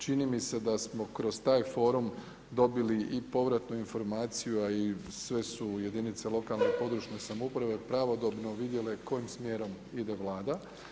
Čini mi se da smo kroz taj forum dobili i povratnu informaciju, a i sve su jedinice lokalne i područne samouprave pravodobno vidjele kojim smjerom ide Vlada.